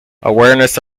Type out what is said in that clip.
awareness